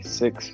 six